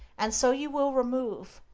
and so you will remove,